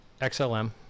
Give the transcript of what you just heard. XLM